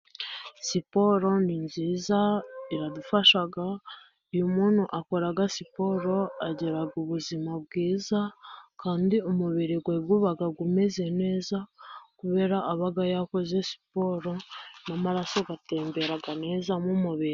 Siporo ni nziza, iradufasha, iyo umuntu akora siporo agira ubuzima bwiza, kandi umubiri wabo uba umeze neza kubera aba yakoze siporo, n'amaraso atembera neza mu mubiri.